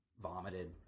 vomited